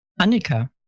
anika